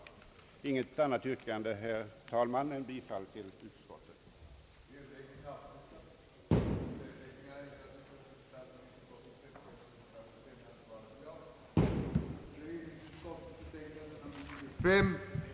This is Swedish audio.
Jag har, herr talman, inte något annat yrkande än om bifall till utskottets hemställan.